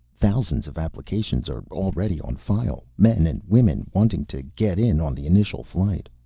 thousands of applications are already on file, men and women wanting to get in on the initial flight.